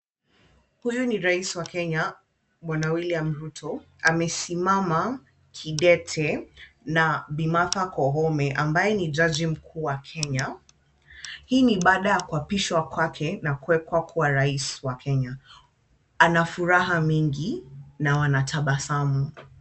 Huyu ni rais wa Kenya Bwana William Ruto amesimama kidete na Bi. Martha Koome ambaye ni jaji mkuu wa Kenya, hii ni baada ya kuapishwa kwake na kuwekwa kuwa rais wa Kenya, ana furaha nyingi na wanatabasamu.